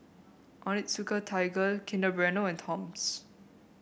Onitsuka Tiger Kinder Bueno and Toms